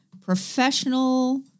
professional